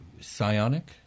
psionic